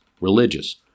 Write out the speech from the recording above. religious